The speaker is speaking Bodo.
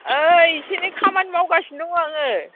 ओइ एसे एनै खामानि मावगासिनो दं आङो